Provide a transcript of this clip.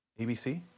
ABC